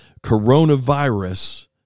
coronavirus